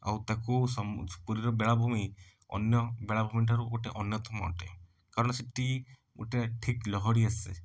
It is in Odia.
ଆଉ ତାକୁ ସମୁ ପୁରୀର ବେଳାଭୂମି ଅନ୍ୟ ବେଳାଭୂମିଠାରୁ ଗୋଟେ ଅନ୍ୟତମ ଅଟେ କାରଣ ସେଇଠି ଗୋଟେ ଠିକ୍ ଲହଡ଼ି ଆସେ